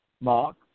Mark